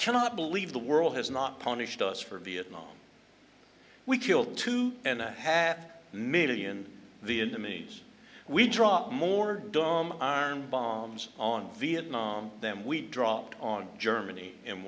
cannot believe the world has not punished us for vietnam we killed two and a half million the enemies we dropped more dumb armed bombs on vietnam then we dropped on germany in